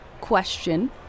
question